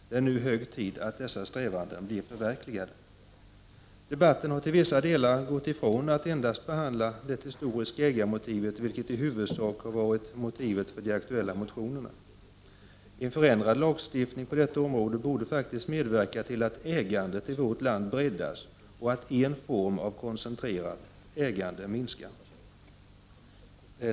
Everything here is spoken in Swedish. Det är nu hög tid att dessa strävanden bär frukt. I debatten har man till vissa delar gått i från att behandla endast det historiska ägarmotivet, vilket i huvudsak har varit motivet för de aktuella motionerna. En förändrad lagstiftning på detta område borde faktiskt medverka till att ägandet breddas och att en form av koncentrerat ägande minskar.